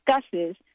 discusses